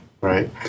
right